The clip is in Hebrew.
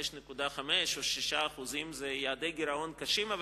5.5% או 6% הם יעדי גירעון קשים,